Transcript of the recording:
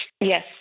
Yes